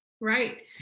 Right